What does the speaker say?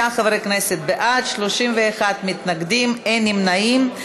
49 חברי כנסת בעד, 31 מתנגדים, אין נמנעים.